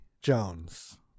Jones